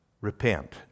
repent